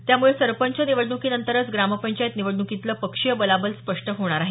त्यामुळे सरपंच निवडणुकीनंतरच ग्रामपंचायत निवडणुकीतलं पक्षीय बलाबल स्पष्ट होणार आहे